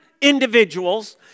individuals